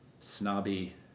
snobby